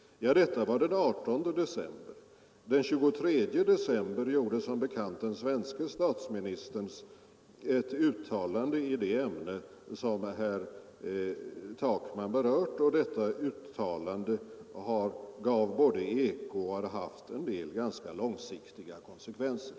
Detta var den 18 december. Den 23 december gjorde som bekant den svenske statsministern ett uttalande i det ämne som herr Takman berört. Detta uttalande gav eko och har haft en del ganska långsiktiga konsekvenser.